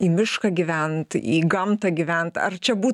į mišką gyvent į gamtą gyvent ar čia būtų